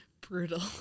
Brutal